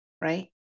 right